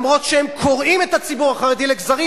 אף שהם קורעים את הציבור החרדי לגזרים,